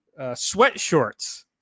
sweatshorts